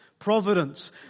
providence